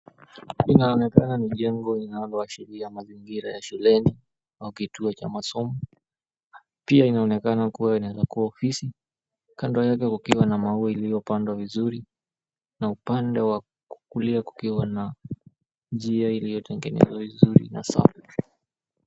Inaonekana ni jengo inayoashiria ma mazingira ya shuleni au kituo cha masomo, pia inaonekana kuwa inaweza kuwa ofisi. Kando yake kukiwa na maua iliyopandwa vizuri na upande wa kulia kukiwa na njia iliyotengenezwa vizuri na safi.